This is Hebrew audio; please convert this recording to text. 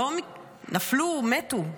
נפלו ומתו,